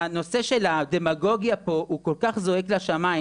הנושא של הדמגוגיה פה הוא כל כך זועק לשמיים,